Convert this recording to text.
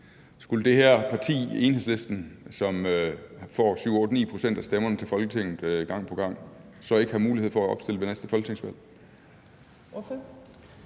skulle det her parti, altså Enhedslisten, som får 7, 8, 9 pct. af stemmerne til Folketinget gang på gang, så ikke have mulighed for at opstille ved næste folketingsvalg?